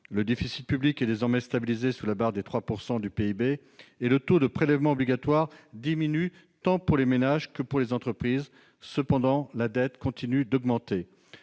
Le déficit public est désormais stabilisé sous la barre des 3 % du PIB et le taux des prélèvements obligatoires diminue tant pour les ménages que pour les entreprises. Cependant, la dette continue d'augmenter.